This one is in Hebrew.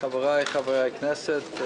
חבריי חברי הכנסת.